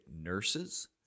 nurses